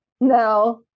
no